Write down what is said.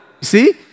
See